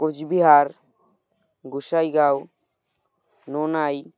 Cooch Behar Gossaigaon Nonai